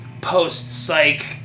post-psych